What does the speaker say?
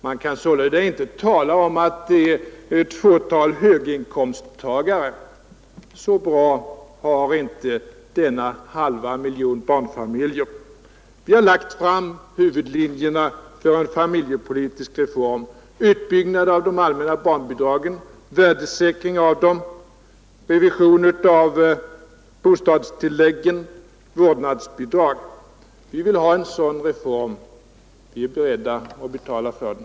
Man kan sålunda inte tala om att det bara gäller ett fåtal höginkomsttagare — så bra har inte denna halva miljon barnfamiljer det. Vi har dragit upp huvudlinjerna för en familjepolitisk reform: utbyggnad av de allmänna barnbidragen, värdesäkring av dem, revision av bostadstilläggen, vårdnadsbidrag. Vi vill ha en sådan reform. Vi är beredda att betala för den.